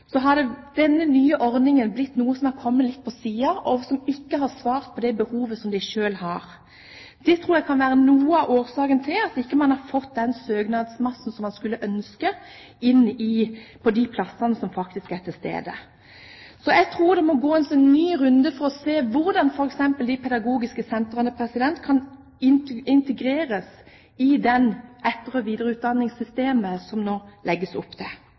det slik at denne nye ordningen har blitt noe som har havnet litt på siden, og som ikke har svart til det behovet som de selv har. Det tror jeg kan være noe av årsaken til at man ikke har fått den søknadsmassen som man skulle ønske til de plassene som faktisk er til stede. Så jeg tror det må gås en ny runde for å se hvordan f.eks. de pedagogiske sentrene kan integreres i det etter- og videreutdanningssystemet som det nå legges opp til.